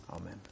Amen